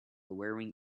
wearing